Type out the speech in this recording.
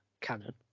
cannon